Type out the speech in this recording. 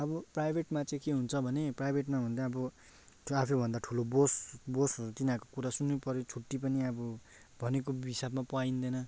अब प्राइभेटमा चाहिँ के हुन्छ भने प्राइभेटमा हो भने चाहिँ अब त्यो आफूभन्दा ठुलो बोस बोस हो तिनीहरूको कुरा सुन्नै पर्यो छुट्टी पनि अब भनेको हिसाबमा पाइँदैन